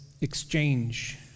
exchange